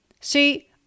See